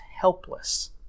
helpless